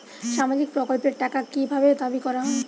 সামাজিক প্রকল্পের টাকা কি ভাবে দাবি করা হয়?